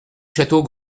château